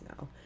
now